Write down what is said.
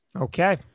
Okay